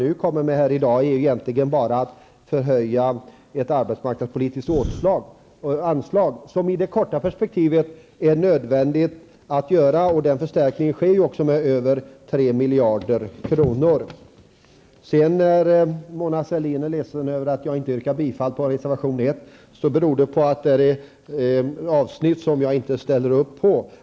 I dag har man bara att komma med att man vill höja ett arbetsmarknadspolitiskt anslag, vilket i det korta perspektivet är nödvändigt. Det kommer att ske en sådan förstärkning med över 3 miljarder kronor. Mona Sahlin är ledsen över att jag inte yrkade bifall till reservation nr 1. Det beror på att det i reservationen finns ett avsnitt som jag inte ställer upp på.